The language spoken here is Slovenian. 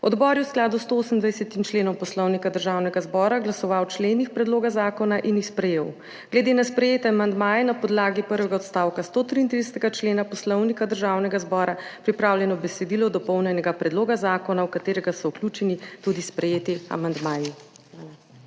Odbor je v skladu s 128. členom Poslovnika Državnega zbora glasoval o členih predloga zakona in jih sprejel. Glede na sprejete amandmaje je na podlagi prvega odstavka 133. člena Poslovnika Državnega zbora pripravljeno besedilo dopolnjenega predloga zakona, v katerega so vključeni tudi sprejeti amandmaji.